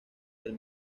del